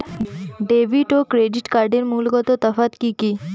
Debit এবং credit কার্ডের মূলগত তফাত কি কী?